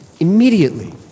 Immediately